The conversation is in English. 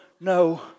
no